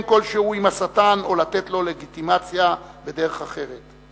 כלשהו עם השטן או לתת לו לגיטימציה בדרך אחרת.